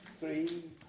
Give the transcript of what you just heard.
Three